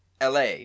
LA